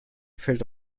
fällt